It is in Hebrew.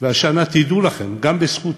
והשנה, תדעו לכם, גם בזכות